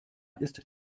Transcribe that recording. ist